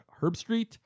Herbstreet